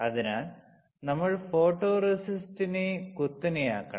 അതിനാൽ നമ്മൾ ഫോട്ടോറെസിസ്റ്റിനെ കുത്തനെയാക്കണം